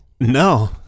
No